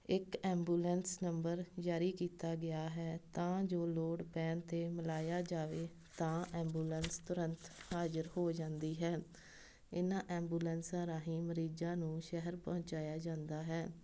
ਇੱਕ ambulance number ਜਾਰੀ ਕੀਤਾ ਗਿਆ ਹੈ ਤਾਂ ਜੋ ਲੋੜ ਪੈਣ 'ਤੇ ਮਿਲਾਇਆ ਜਾਵੇ ਤਾਂ ਐਂਬੂਲੈਂਸ ਤੁਰੰਤ ਹਾਜ਼ਰ ਹੋ ਜਾਂਦੀ ਹੈ ਇਹਨਾਂ ਐਬੂਲੈਂਸਾਂ ਰਾਹੀਂ ਮਰੀਜ਼ਾਂ ਨੂੰ ਸ਼ਹਿਰ ਪਹੁੰਚਾਇਆ ਜਾਂਦਾ ਹੈ